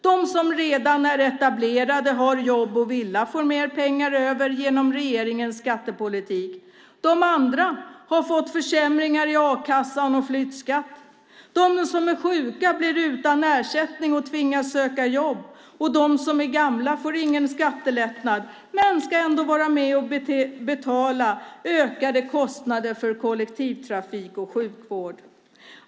De som redan är etablerade har jobb och villa och får mer pengar över genom regeringens skattepolitik. De andra har fått försämringar i a-kassan och flyttskatt. De som är sjuka blir utan ersättning och tvingas söka jobb, och de som är gamla får ingen skattelättnad men ska ändå vara med och betala ökade kostnader för kollektivtrafik och sjukvård.